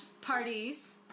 parties